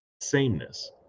sameness